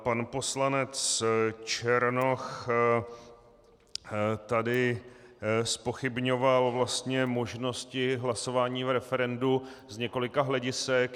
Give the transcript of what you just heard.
Pan poslanec Černoch tady zpochybňoval vlastně možnosti hlasování v referendu z několika hledisek.